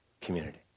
community